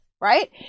Right